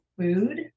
food